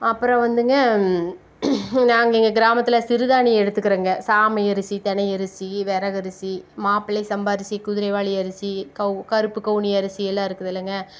அப்புறம் வந்துங்க நாங்கள் எங்கள் கிராமத்தில் சிறுதானியம் எடுத்துக்கிறேங்க சாமை அரிசி தினை அரிசி வரகரிசி மாப்பிள்ளை சம்பா அரிசி குதிரைவாலி அரிசி கருப்பு கவுனி அரசி எல்லாம் இருக்குதுல்லேங்க